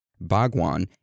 Bhagwan